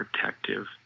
protective